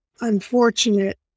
unfortunate